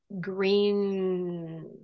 green